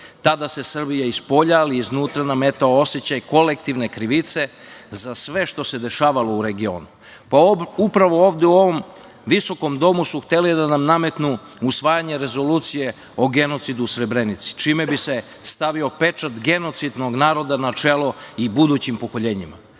Tada se Srbiji i spolja ali i iz unutra nametao osećaj kolektivne krivice za sve što se dešavalo u regionu. Upravo ovde u ovom visokom domu su hteli da nam nametnu usvajanje rezolucije o genocidu u Srebrenici, čime bi se stavio pečat genocidnog naroda na čelo i budućim pokoljenjima,